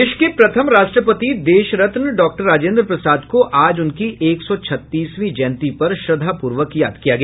देश के प्रथम राष्ट्रपति देशरत्न डॉक्टर राजेन्द्र प्रसाद को आज उनकी एक सौ छत्तीसवीं जयंती पर श्रद्धापूर्वक याद किया गया